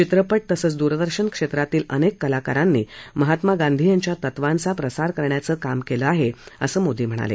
चित्रपट तसंच दूरदर्शन क्षेत्रातील अनेक कलाकांरानी महात्मा गांधी यांच्या तत्वांचा प्रसार करण्याचं काम केलं आहे असं मोदी म्हणाले